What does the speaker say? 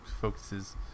focuses